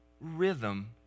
rhythm